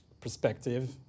Perspective